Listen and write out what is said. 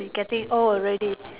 getting old already